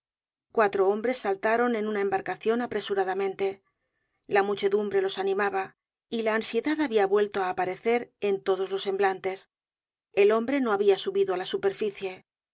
cuatro hombres saltaron en una embarcacion apresuradamente la muchedumbre los animaba y la ansiedad habia vuelto á aparecer en todos los semblantes el hombre no habia subido á la superficie